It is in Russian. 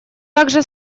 также